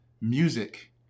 music